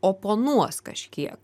oponuos kažkiek